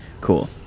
Cool